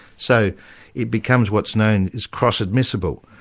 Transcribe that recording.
so it becomes what's known as cross-admissible,